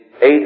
eight